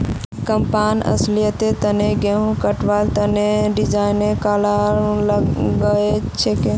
campaign अस्लियतत गहुम कटवार तने डिज़ाइन कराल गएल छीले